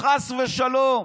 חס ושלום,